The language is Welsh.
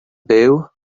byw